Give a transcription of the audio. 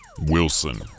Wilson